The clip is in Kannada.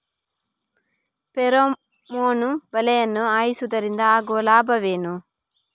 ಫೆರಮೋನ್ ಬಲೆಯನ್ನು ಹಾಯಿಸುವುದರಿಂದ ಆಗುವ ಲಾಭವೇನು?